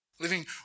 Living